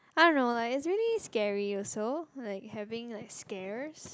I don't know like it's really scary also like having like scares